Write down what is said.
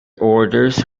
orders